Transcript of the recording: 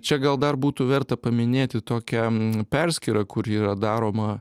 čia gal dar būtų verta paminėti tokią perskyrą kuri yra daroma